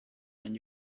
and